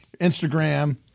Instagram